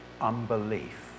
Unbelief